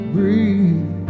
Breathe